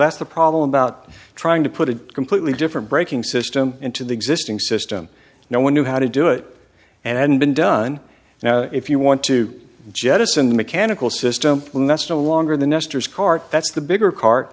that's the problem about trying to put it completely different braking system into the existing system no one knew how to do it and hadn't been done now if you want to jettison the mechanical system lunesta longer the nestors cart that's the bigger car